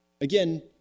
Again